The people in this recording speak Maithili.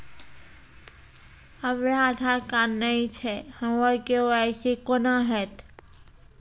हमरा आधार कार्ड नई छै हमर के.वाई.सी कोना हैत?